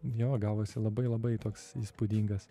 jo gavosi labai labai toks įspūdingas